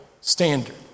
standard